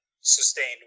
sustained